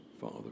Father